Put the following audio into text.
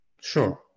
Sure